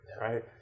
right